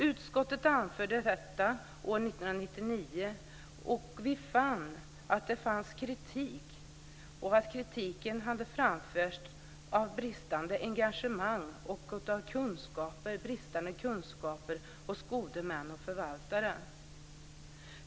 Utskottet anförde detta år 1999, och vi fann att det fanns kritik och att kritiken hade framförts mot bristande engagemang och mot bristande kunskaper hos gode män och förvaltare.